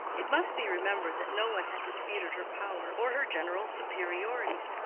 it must be remembered that no one had disputed her power or her general superiority.